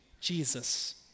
Jesus